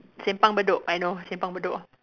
Simpang Bedok I know Simpang Bedok